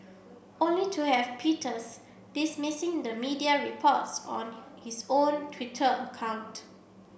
only to have Peters dismissing the media reports on his own Twitter account